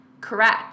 Correct